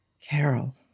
Carol